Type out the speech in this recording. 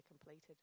completed